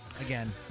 again